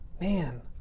Man